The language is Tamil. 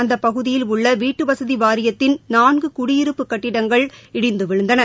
அந்த பகுதியில் உள்ள வீட்டுவசதி வாரியத்தின் நான்கு குடியிருப்பு கட்டிடங்கள் இடிந்து விழுந்தன